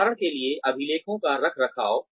उदाहरण के लिए अभिलेखों का रखरखाव